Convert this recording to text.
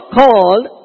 called